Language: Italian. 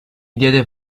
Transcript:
diede